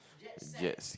jets